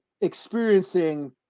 experiencing